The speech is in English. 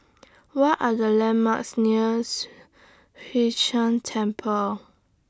What Are The landmarks nears Hwee Chan Temple